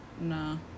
No